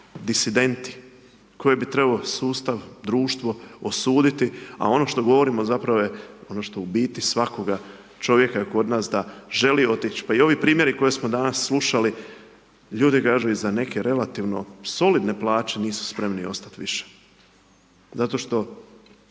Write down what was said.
disidenti koje bi trebao sustav, društvo osuditi, a ono što govorimo je zapravo ono što u biti svakoga čovjeka kod nas da želi otić. Pa i ovi primjeri koje smo danas slušali, ljudi kažu i za neke relativno solidne plaće nisu spremni ostat više, zato što